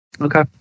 Okay